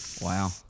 Wow